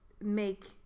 make